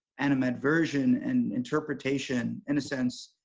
animadversion, and interpretation in a sense,